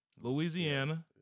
louisiana